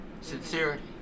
sincerity